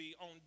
on